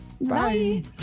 Bye